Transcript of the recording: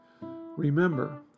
Remember